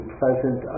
pleasant